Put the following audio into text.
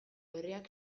herriak